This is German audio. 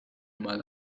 mal